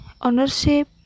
ownership